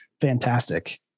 fantastic